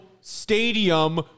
Stadium